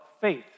faith